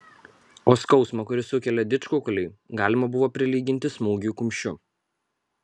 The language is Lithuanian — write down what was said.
o skausmą kurį sukelia didžkukuliai galima buvo prilyginti smūgiui kumščiu